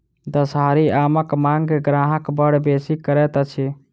दसहरी आमक मांग ग्राहक बड़ बेसी करैत अछि